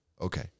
Okay